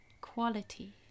quality